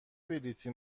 بلیطی